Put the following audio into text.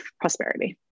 prosperity